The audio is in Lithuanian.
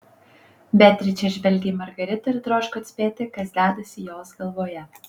beatričė žvelgė į margaritą ir troško atspėti kas dedasi jos galvoje